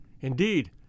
Indeed